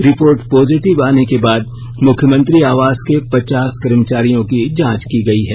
report positive आने के बाद मुख्यमंत्री आवास के पचास कर्मचारियों की जांच की गई है